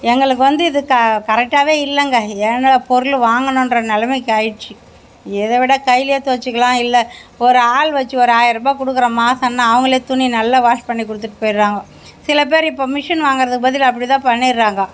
எங்களுக்கு வந்து இது கரெக்டாகவே இல்லைங்க ஏண்டா பொருள் வாங்கினோன்ற நிலைமைக்கு ஆகிடுச்சி இதை விட கையிலேயே துவச்சிக்கலாம் இல்லை ஒரு ஆள் வச்சு ஒரு ஆயிரம் ரூபா குடுக்குறேன் மாசம்னா அவங்களே துணி நல்லா வாஷ் பண்ணி கொடுத்துட்டு போய்ட்றாங்க சில பேர் இப்போ மெஷின் வாங்குகிறதுக்கு பதிலாக அப்படித்தான் பண்ணிடுறாங்க